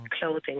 clothing